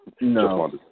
No